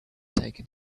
taken